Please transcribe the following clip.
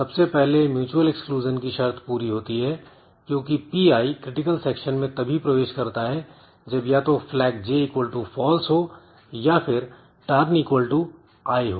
सबसे पहले mutual exclusion की शर्त पूरी होती है क्योंकि Pi क्रिटिकल सेक्शन में तभी प्रवेश करता है जब या तो flagj false हो या फिर turn i हो